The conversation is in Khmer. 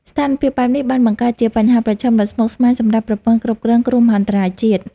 ស្ថានភាពបែបនេះបានបង្កើតជាបញ្ហាប្រឈមដ៏ស្មុគស្មាញសម្រាប់ប្រព័ន្ធគ្រប់គ្រងគ្រោះមហន្តរាយជាតិ។